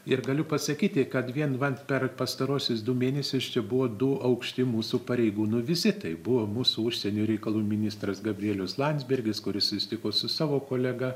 ir galiu pasakyti kad vien vat per pastaruosius du mėnesius čia buvo du aukšti mūsų pareigūnų vizitai buvo mūsų užsienio reikalų ministras gabrielius landsbergis kuris susitiko su savo kolega